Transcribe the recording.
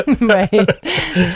right